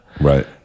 right